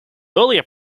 earlier